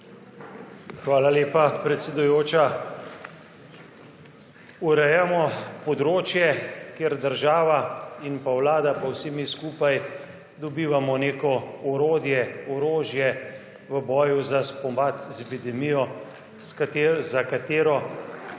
Hvala lepa, predsedujoča. Urejamo področje, kjer država, vlada pa vsi mi skupaj dobivamo neko orodje, orožje v boju za spopad z epidemijo, za katero